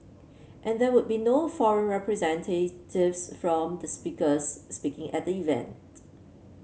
and there would be no foreign representatives from the speakers speaking at the event